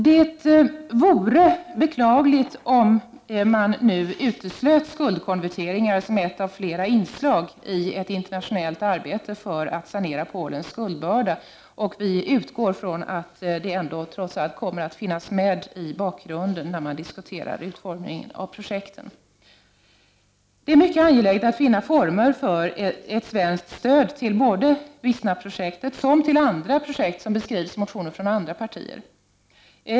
Det vore olyckligt om man uteslöt skuldkonverteringar som ett av flera inslag i ett internationellt arbete för att sanera Polens skuldbörda. Vi utgår från att det kommer att finnas med i bakgrunden när man diskuterar utformningen av projekten. Det är mycket angeläget att finna former för ett svenskt stöd till både Wistaprojektet som till andra projekt som beskrivs i motioner från andra partier.